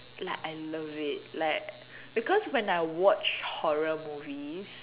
like I love it like because when I watch horror movies